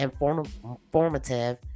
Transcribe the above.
informative